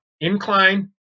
incline